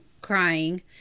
crying